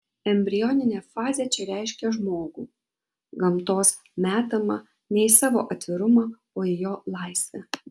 embrioninė fazė čia reiškia žmogų gamtos metamą ne į savo atvirumą o į jo laisvę